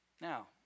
Now